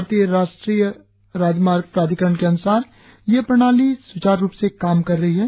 भारतीय राष्ट्रीय राजमार्ग प्राधिकरण के अनुसार ये प्रणाली यूचारु रुप से काम कर रही है